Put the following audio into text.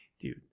dude